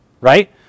right